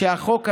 שהחוק הזה,